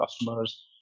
customers